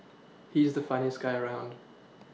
he's the funniest guy around